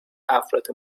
افراد